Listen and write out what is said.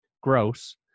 gross